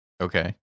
Okay